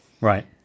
Right